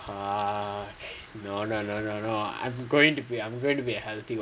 ah no no no no no I'm going to be I'm going to be a healthy old man